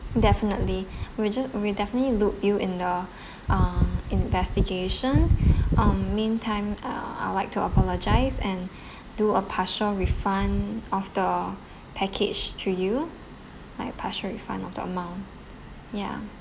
definitely we'll just we'll definitely loop you in the uh investigation um meantime uh I would like to apologise and do a partial refund of the package to you like partial refund of the amount ya